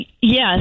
yes